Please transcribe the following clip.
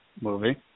movie